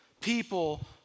people